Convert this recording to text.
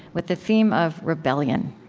with the theme of rebellion